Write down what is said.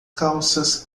calças